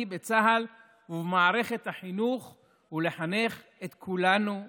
בצה"ל ובמערכת החינוך ולחנך את כולנו מחדש.